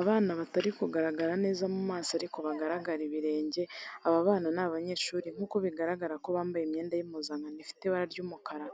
Abana batari kugaragara neza mu maso ariko bagaragara ibirenge, aba bana ni abanyeshuri, nk'uko bigaragara ko bambaye imyenda y'impuzankano ifite ibara ry'umukara.